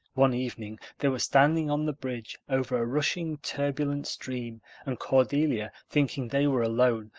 one evening they were standing on the bridge over a rushing turbulent stream and cordelia, thinking they were alone,